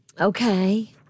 Okay